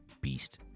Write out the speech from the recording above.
beast